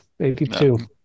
82